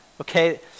okay